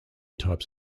types